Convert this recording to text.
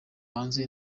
hanze